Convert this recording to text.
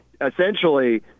essentially